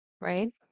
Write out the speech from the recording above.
right